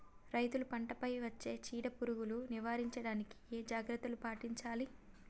రైతులు పంట పై వచ్చే చీడ పురుగులు నివారించడానికి ఏ జాగ్రత్తలు పాటించాలి?